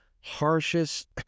harshest